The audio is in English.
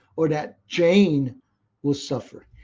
or that jane will suffer.